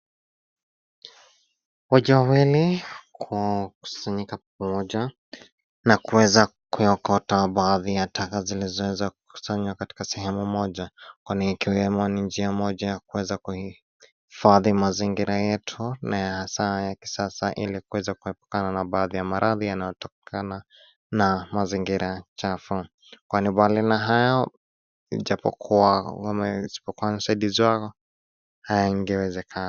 Waja wawili, kusanyika pamoja na kuweza kuiokota baadhi ya taka zilizoweza kukusanywa katika sehemu moja, kwani ikiwemo ni njia moja ya kuweza kuhifadhi mazingira yetu na ya saa ya kisasa ili kuweza kuepukana na baadhi ya maradhi yanayotokana na mazingira chafu. Kwani bali na hayo japokua ni usaidizi wao, hayangewezekana.